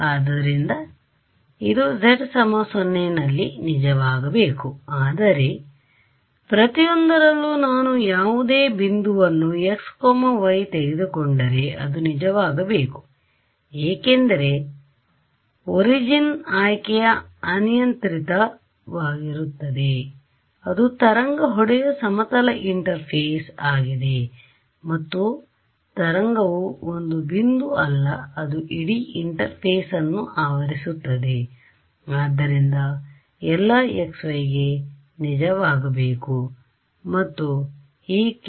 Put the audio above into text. ಆದ್ದರಿಂದ ಇದು z 0 ನಲ್ಲಿ ನಿಜವಾಗಬೇಕು ಆದರೆ ಪ್ರತಿಯೊಂದರಲ್ಲೂ ನಾನು ಯಾವುದೇ ಬಿಂದುವನ್ನು x y ತೆಗೆದುಕೊಂಡರೆ ಅದು ನಿಜವಾಗಬೇಕು ಏಕೆಂದರೆ ಒರಿಜಿನ್ ನ ಆಯ್ಕೆಯು ಅನಿಯಂತ್ರಿತ ವಾಗಿರುತ್ತದೆ ಅದು ತರಂಗ ಹೊಡೆಯುವ ಸಮತಲ ಇಂಟರ್ಫೇಸ್ ಆಗಿದೆ ಮತ್ತು ತರಂಗವು ಒಂದು ಬಿಂದು ಅಲ್ಲ ಅದು ಇಡೀ ಇಂಟರ್ಫೇಸ್ ಅನ್ನು ಆವರಿಸುತ್ತದೆ ಆದ್ದರಿಂದ ಎಲ್ಲಾ x y ಗೆ ನಿಜವಾಗಬೇಕು ಮತ್ತು ಈ ki